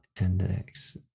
index